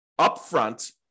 upfront